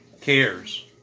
cares